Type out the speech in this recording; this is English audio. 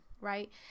right